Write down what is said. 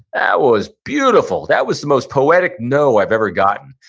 that was beautiful. that was the most poetic no i've ever gotten.